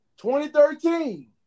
2013